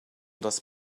das